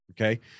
okay